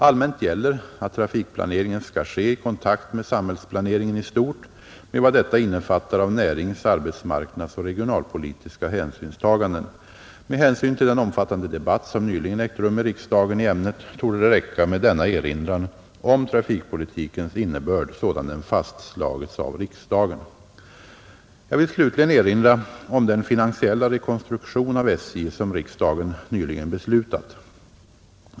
Allmänt gäller att trafikplaneringen skall ske i kontakt med samhällsplaneringen i stort med vad detta innefattar av närings-, arbetsmarknadsoch regionalpolitiska hänsynstaganden. Med hänsyn till den omfattande debatt som nyligen ägt rum i riksdagen i ämnet torde det räcka med denna erinran om trafikpolitikens innebörd sådan den fastslagits av riksdagen. Jag vill slutligen erinra om den finansiella rekonstruktion av SJ, som riksdagen nyligen beslutat.